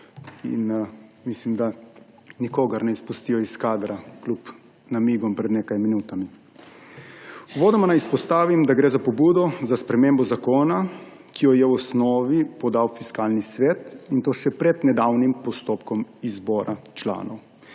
Mislim, da nikogar ne izpustijo iz kadra kljub namigom pred nekaj minutami. Uvodoma naj izpostavim, da gre za pobudo za spremembo zakona, ki jo je v osnovi podal Fiskalni svet, in to še pred nedavnim postopkom izbora članov.